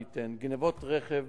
אני אתן: גנבות רכב